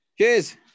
Cheers